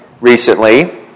recently